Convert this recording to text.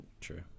True